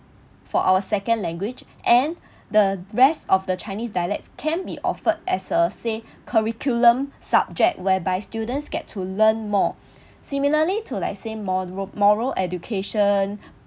for our second language and the rest of the chinese dialects can be offered as a say curriculum subject whereby students get to learn more similarly to like say mor~ moral education